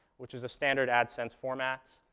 which is a standard adsense format,